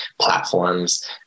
platforms